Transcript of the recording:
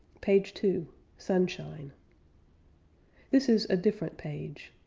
page two sunshine this is a different page.